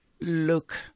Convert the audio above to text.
look